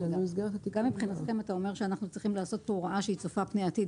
גם אם אתה חושב שאנחנו צריכים לעשות פה הוראה שהיא צופה פני עתיד,